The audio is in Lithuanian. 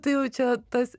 tai jau čia tas